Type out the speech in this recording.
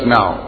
now